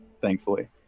thankfully